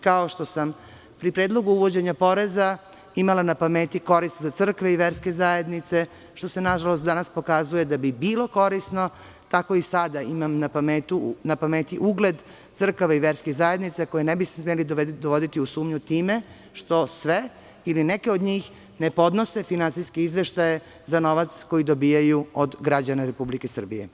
Kao što sam pri predlogu uvođenja poreza imala na pameti korist za crkve i verske zajednice, što se nažalost danas pokazuje da bi bilo korisno, tako i sada imam na pameti ugled crkava i verskih zajednica, koje ne bi smeli dovoditi u sumnju time što sve, ili neke od njih ne podnose finansijske izveštaje za novac koji dobijaju od građana Republike Srbije.